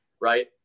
right